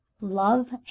love